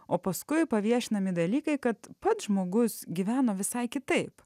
o paskui paviešinami dalykai kad pats žmogus gyvena visai kitaip